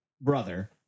brother